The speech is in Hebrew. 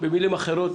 במילים אחרות,